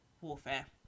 warfare